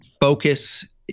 focus